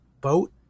boat